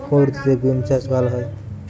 কোন ঋতুতে বিন্স চাষ ভালো হয়?